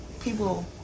people